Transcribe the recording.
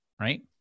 right